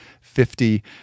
Fifty